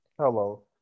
Hello